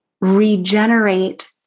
regenerate